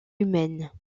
humaines